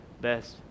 best